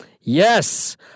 Yes